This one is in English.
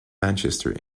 manchester